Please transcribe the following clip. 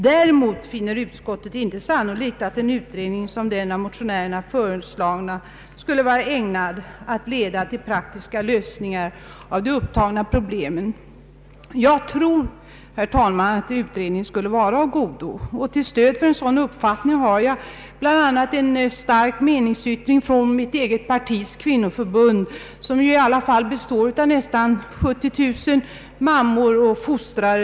Däremot finner utskottet inte sannolikt att en utredning som den av motionärerna föreslagna skulle vara ägnad att leda till praktiska lösningar av de upptagna problemen.” Jag tror, herr talman, att en utredning skulle vara av godo, och till stöd för en sådan uppfattning har jag bl.a. en stark meningsyttring från mitt eget partis kvinnoförbund som i alla fall består av nästan 70 000 mammor och fostrare.